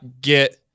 get –